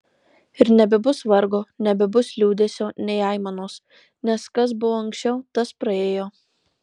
ir nebebus vargo nebebus liūdesio nei aimanos nes kas buvo anksčiau tas praėjo